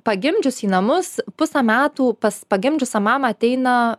pagimdžius į namus pusę metų pas pagimdžiusią mamą ateina